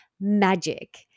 magic